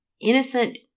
innocent